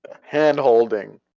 Hand-holding